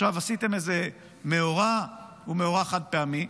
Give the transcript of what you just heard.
עכשיו עשיתם איזה מאורע, היא מאורע חד-פעמי.